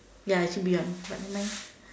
ya should be ah but never mind